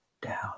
down